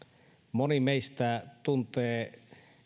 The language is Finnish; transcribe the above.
moni meistä tuntee